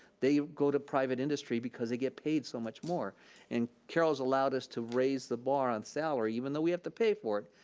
they go to private industry because they get paid so much more and carol's allowed us to raise the bar on salary, even though we have to pay for it,